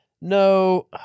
No